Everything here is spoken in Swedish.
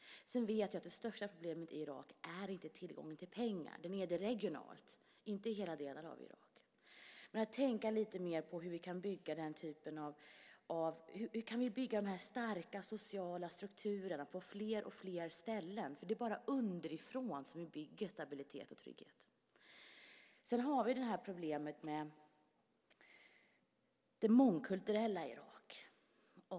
Sedan vet jag att det största problemet i Irak inte är tillgången till pengar. Det är mer så regionalt - inte i hela Irak. Vi bör alltså tänka lite mer på hur vi kan bygga starka sociala strukturer på fler och fler ställen. Det är bara underifrån som vi bygger stabilitet och trygghet. Sedan har vi problemet med det mångkulturella Irak.